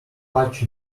patch